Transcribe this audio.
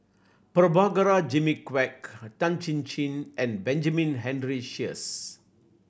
Prabhakara Jimmy Quek Tan Chin Chin and Benjamin Henry Sheares